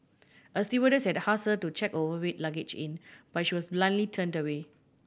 a stewardess had ask her to check her overweight luggage in but she was bluntly turned away